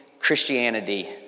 Christianity